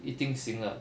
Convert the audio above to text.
一定行了